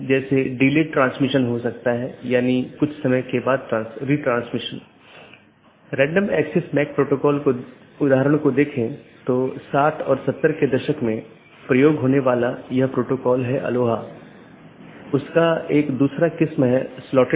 यदि हम पूरे इंटरनेट या नेटवर्क के नेटवर्क को देखते हैं तो किसी भी सूचना को आगे बढ़ाने के लिए या किसी एक सिस्टम या एक नेटवर्क से दूसरे नेटवर्क पर भेजने के लिए इसे कई नेटवर्क और ऑटॉनमस सिस्टमों से गुजरना होगा